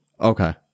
okay